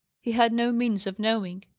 he had no means of knowing.